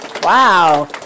Wow